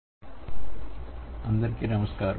semantic typology part 2 అందరికీ నమస్కారం